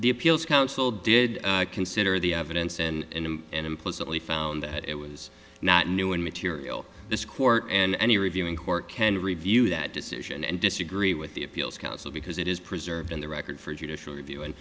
the appeals council did consider the evidence and him and implicitly found that it was not new and material this court and any reviewing court can review that decision and disagree with the appeals council because it is preserved in the record for judicial review